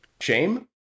shame